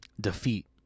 defeat